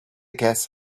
guest